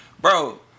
bro